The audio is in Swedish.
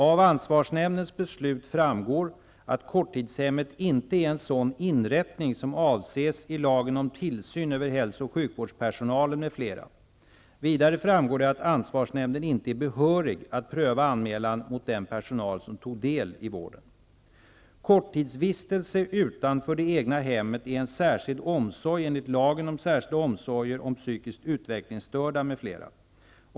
Av ansvarsnämndens beslut framgår att korttidshemmet inte är en sådan inrättning som avses i lagen om tillsyn över hälso och sjukvårdspersonalen m.fl. Vidare framgår det att ansvarsnämnden inte är behörig att pröva anmälan mot den personal som tog del i vården. Korttidsvistelse utanför det egna hemmet är en särskild omsorg enligt lagen om särskilda omsorger om psykiskt utvecklingsstörda m.fl.